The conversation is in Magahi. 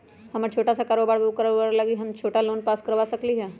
हमर छोटा सा कारोबार है उ कारोबार लागी हम छोटा लोन पास करवा सकली ह?